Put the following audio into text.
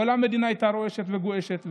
כל המדינה הייתה גועשת ורועשת.